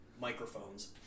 microphones